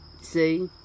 See